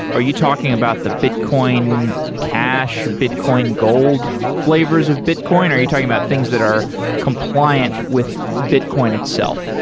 are you talking about the bitcoin cash, bitcoin gold flavors of bitcoin? are you talking about things that are compliant with bitcoin itself?